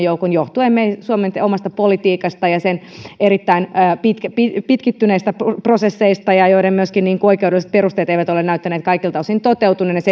joukon johtuen suomen omasta politiikasta ja sen erittäin pitkittyneistä prosesseista joiden oikeudelliset perusteet eivät myöskään ole näyttäneet kaikilta osin toteutuneen ja